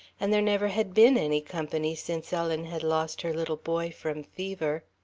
and there never had been any company since ellen had lost her little boy from fever.